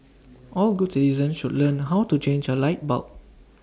all good citizens should learn how to change A light bulb